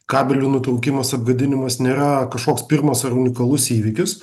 kabelių nutraukimas apgadinimas nėra kažkoks pirmas ar unikalus įvykis